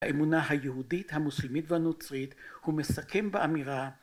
‫האמונה היהודית, המוסלמית והנוצרית ‫הוא מסכם באמירה